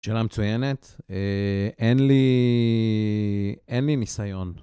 שאלה מצוינת, אין לי... אין לי ניסיון.